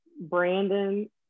Brandon